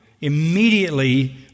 immediately